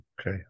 Okay